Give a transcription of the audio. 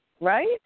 Right